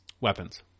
weapons